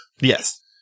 Yes